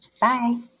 Bye